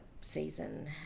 season